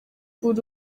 buri